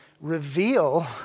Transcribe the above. reveal